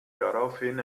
daraufhin